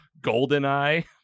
GoldenEye